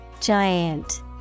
giant